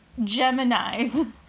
Geminis